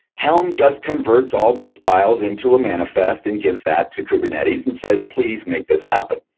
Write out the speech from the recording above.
helm just converts all those files into a manifest and gives that to kubernetes and says, please make this happen,